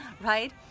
right